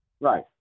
Right